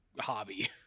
hobby